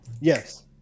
Yes